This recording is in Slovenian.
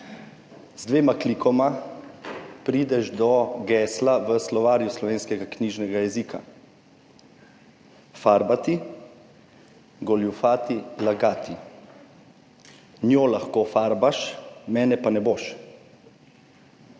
Z dvema klikoma prideš do gesla v Slovarju slovenskega knjižnega jezika. Farbati pomeni goljufati, lagati: »Njo lahko farbaš, mene pa ne boš.«